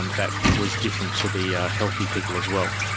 um that was different to the healthy people as well.